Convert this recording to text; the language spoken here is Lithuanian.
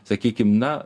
sakykim na